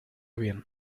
bien